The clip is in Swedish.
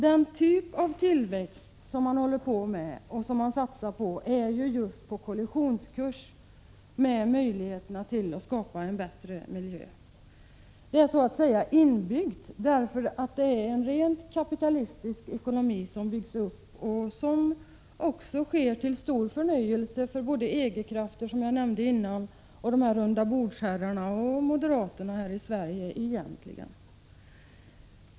Den typ av tillväxt som man satsar på är på kollisionskurs med möjligheterna att skapa en bättre miljö. Det är så att säga inbyggt, eftersom det är en rent kapitalistisk ekonomi som byggs upp = till stor förnöjelse för såväl EG-krafter, som jag nämnde, som rundabordsherrarna och moderaterna här i Sverige.